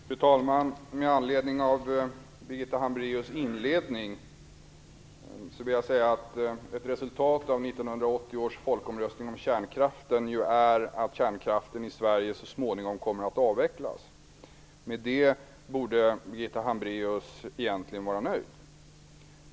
Fru talman! Med anledning av Birgitta Hambraeus inledning vill jag säga att ett resultat av 1980 års folkomröstning om kärnkraften är att den så småningom kommer att avvecklas. Med det borde Birgitta Hambraeus egentligen vara nöjd.